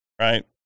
right